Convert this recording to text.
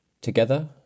Together